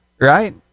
right